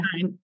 time